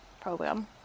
program